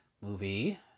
movie